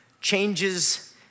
changes